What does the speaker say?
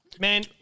Man